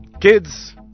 kids